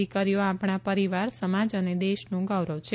દિકરીઓ આપણાં પરિવાર સમાજ અને દેશનું ગૌરવ છે